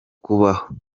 kubaho